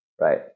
right